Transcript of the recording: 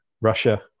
Russia